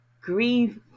grieve